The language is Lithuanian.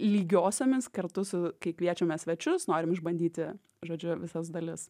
lygiosiomis kartu su kai kviečiame svečius norim išbandyti žodžiu visas dalis